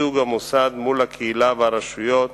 ייצוג המוסד מול הקהילה והרשויות